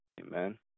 Amen